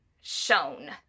shown